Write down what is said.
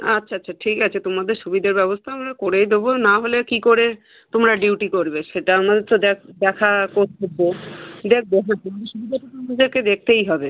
আচ্ছা আচ্ছা ঠিক আছে তোমাদের সুবিধের ব্যবস্থা আমরা করেই দেবো না হলে কী করে তোমরা ডিউটি করবে সেটা আমাদের তো দেখ দেখা কর্তব্য দে কবো হো তোমাদের সুবিধাটা তো আমাদেরকে দেখতেই হবে